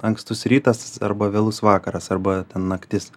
ankstus rytas arba vėlus vakaras arba ten naktis